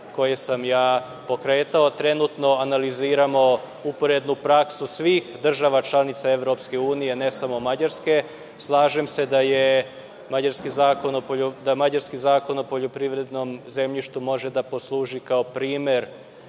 koje sam pokretao. Trenutno analiziramo uporednu praksu svih država članica EU, a ne samo Mađarske. Slažem se da mađarski zakon o poljoprivrednom zemljištu može da služi kao primer,